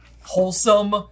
wholesome